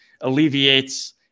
alleviates